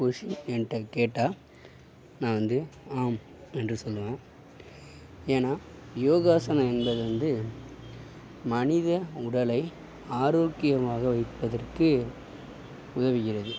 question என்கிட்ட கேட்டா நான் வந்து ஆம் என்று சொல்லுவேன் ஏன்னா யோகாசனம் என்பது வந்து மனித உடலை ஆரோக்கியமாக வைப்பதற்கு உதவுகிறது